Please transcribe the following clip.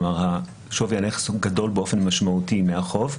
כלומר, שווי הנכס הוא גדול באופן משמעותי מהחוב,